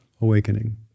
awakening